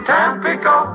Tampico